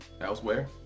elsewhere